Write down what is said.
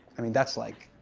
i mean that's like,